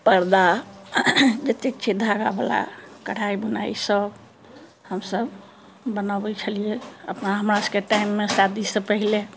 पर्दा जतेक छै धागा वला कढ़ाई बुनाई इसब हमसब बनबै अपना हमरा सबके टाइम मे शादी से पहले